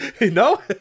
No